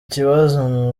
kibazo